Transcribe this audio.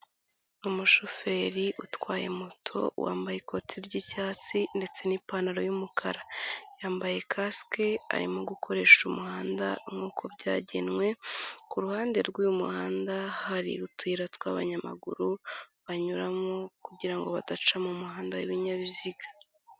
Umushoferi utwaye moto wambaye ikoti ry'icyatsi ndetse n'ipantaro y'umukara. Yambaye kasike arimo gukoresha umuhanda nkuko byagenwe ku ruhande rw'uyu muhanda hari utuyira twabanyamaguru, banyuramo kugira ngo badaca mu muhanda w'ibinyabiziga.